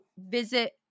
visit